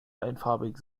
einfarbig